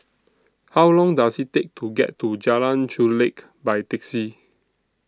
How Long Does IT Take to get to Jalan Chulek By Taxi